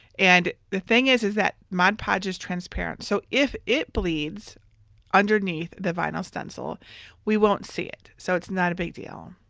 and the the thing is is that mod podge is transparent. so if it bleeds underneath the vinyl stencil we won't see it. so it's not a big deal.